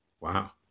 wow